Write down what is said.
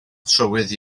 trywydd